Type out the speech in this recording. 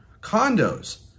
condos